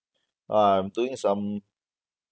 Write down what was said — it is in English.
ah I'm doing some